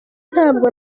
ntabwo